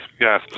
Yes